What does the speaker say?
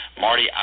Marty